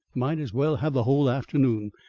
might as well have the whole afternoon.